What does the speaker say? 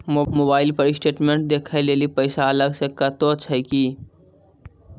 Mobile पर statement देखे लेली पैसा अलग से कतो छै की?